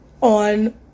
on